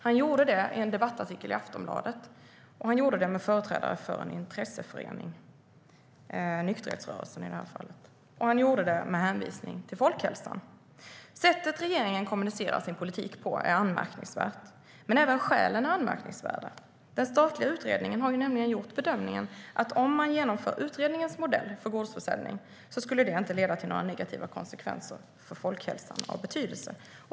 Han gjorde detta i en debattartikel i Aftonbladet med hänvisning till folkhälsan tillsammans med en företrädare för en intresseförening inom nykterhetsrörelsen. Sättet regeringen kommunicerar sin politik på är anmärkningsvärt, men även skälen är anmärkningsvärda. Den statliga utredningen har nämligen gjort bedömningen att om man genomför utredningens modell för gårdsförsäljning skulle det inte leda till några negativa konsekvenser för folkhälsan av betydelse.